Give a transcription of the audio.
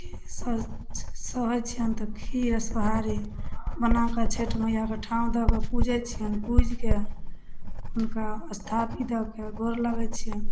सह सहै छिअनि तऽ खीर आओर सोहारी बनाकऽ छठि मइआके ठाँउ दऽ कऽ पूजै छिअनि पुजिके हुनका स्थापित कऽ कऽ गोर लगै छिअनि